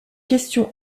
question